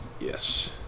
Yes